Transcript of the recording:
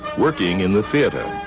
working in the theatre